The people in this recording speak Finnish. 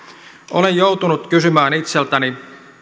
olen joutunut kysymään itseltäni